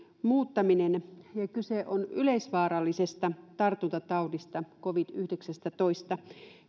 muuttaminen ja kyse on yleisvaarallisesta tartuntataudista covid yhdeksästätoista